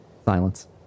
Silence